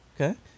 Okay